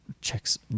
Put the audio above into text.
checks